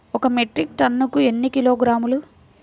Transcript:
ఒక మెట్రిక్ టన్నుకు ఎన్ని కిలోగ్రాములు?